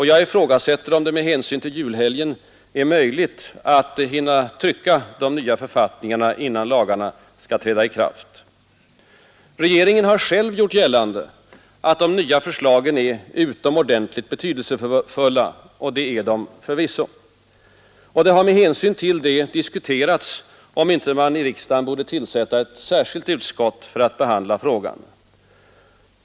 Jag ifrågasätter, om det med hänsyn till julhelgen är möjligt att hinna trycka de nya författningarna innan lagarna skall träda i kraft. Regeringen har själv gjort gällande, att de nya förslagen är utomordentligt betydelsefulla — och det är de förvisso. Det har med hänsyn härtill bl.a. diskuterats, om man inte i riksdagen borde tillsätta ett särskilt utskott för frågans behandling.